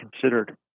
considered